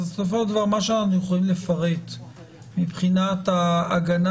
מה שאנחנו יכולים לפרט מבחינת ההגנה